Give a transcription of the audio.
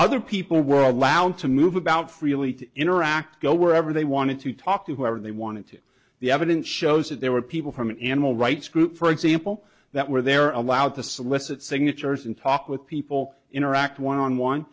other people were allowed to move about freely to interact go wherever they wanted to talk to whoever they wanted to the evidence shows that there were people from an animal rights group for example that where they're allowed to solicit signatures and talk with people interact one on one